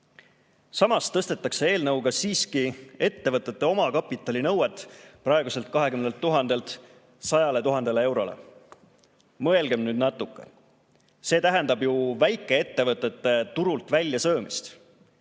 tõstetakse eelnõuga siiski ettevõtete omakapitali nõuet praeguselt 20 000 eurolt 100 000 eurole. Mõelgem natuke! See tähendab ju väikeettevõtete turult väljasöömist.